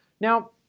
Now